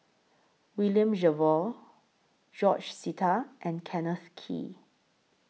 William Jervois George Sita and Kenneth Kee